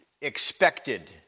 expected